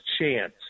chance